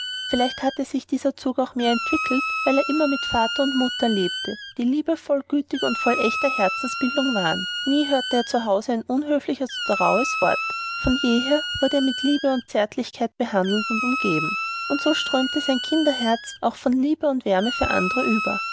vielleicht hatte sich dieser zug auch mehr entwickelt weil er immer mit vater und mutter lebte die liebevoll gütig und voll echter herzensbildung waren nie hörte er zu hause ein unhöfliches oder rauhes wort von jeher wurde er mit liebe und zärtlichkeit behandelt und umgeben und so strömte sein kinderherz auch von liebe und wärme für andre über